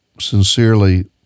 sincerely